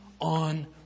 on